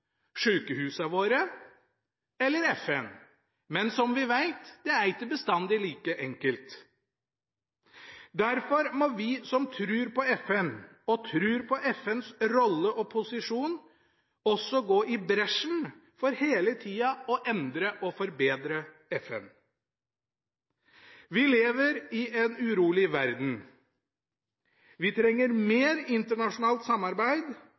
sjukehusa våre eller FN. Men som vi veit: Det er ikke bestandig like enkelt. Derfor må vi som trur på FN, og som trur på FNs rolle og posisjon, også gå i bresjen for hele tida å endre og forbedre FN. Vi lever i en urolig verden. Vi trenger mer internasjonalt samarbeid